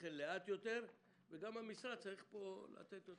לאט יותר, וגם המשרד צריך פה לתת יותר.